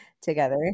together